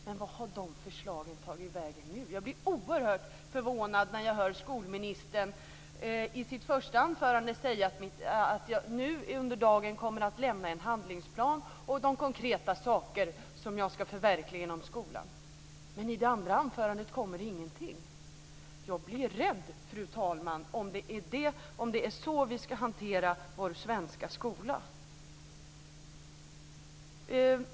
Men vart har de förslagen tagit vägen nu? Jag blir oerhört förvånad när jag hör skolministern i sitt första anförande säga att hon under dagen kommer att lämna en handlingsplan för de konkreta saker hon ska förverkliga inom skolan. Men i det andra anförandet kommer ingenting. Jag blir rädd, fru talman, om det är så vi ska hantera vår svenska skola.